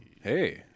Hey